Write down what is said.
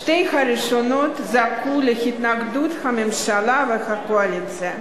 שתי הראשונות זכו להתנגדות הממשלה והקואליציה.